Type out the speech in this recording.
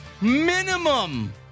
minimum